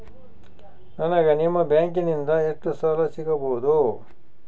ನನಗ ನಿಮ್ಮ ಬ್ಯಾಂಕಿನಿಂದ ಎಷ್ಟು ಸಾಲ ಸಿಗಬಹುದು?